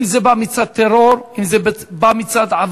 אם זה בא מצד טרור,